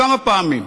כמה פעמים?